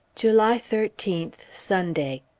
july thirteenth, sunday.